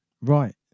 right